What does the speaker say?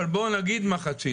בואו נגיד: חצי.